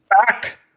back